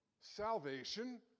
salvation